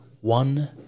one